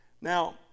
now